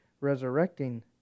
resurrecting